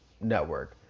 network